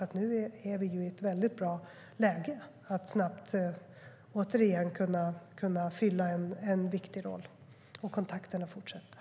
Därför är vi nu återigen i ett bra läge för att snabbt kunna fylla en viktig roll. Och kontakterna fortsätter.